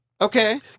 Okay